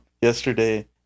yesterday